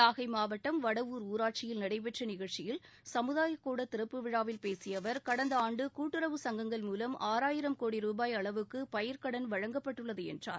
நாகை மாவட்டம் வடவூர் ஊராட்சியில் நடைபெற்ற நிகழ்ச்சியில் சமுதாயக் கூட திறப்பு விழாவில் பேசிய அவர் கடந்த ஆண்டு கூட்டுறவு சங்கஙகள் மூலம் ஆறாயிரம் கோடி ரூபாய் அளவுக்கு பயிர்க்கடன் வழங்கப்பட்டுள்ளது என்றார்